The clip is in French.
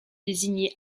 désigner